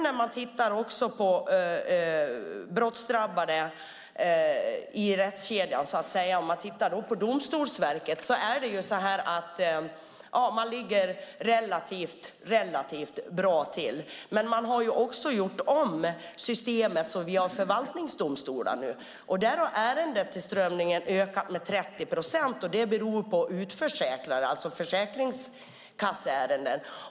När jag tittar på de brottsdrabbade i rättskedjan kan jag se att Domstolsverket ligger relativt bra till, men man har ju också gjort om systemet så att vi har förvaltningsdomstolar nu. Där har ärendetillströmningen ökat med 30 procent. Det beror på de utförsäkrade, alltså försäkringskasseärenden.